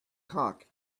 cock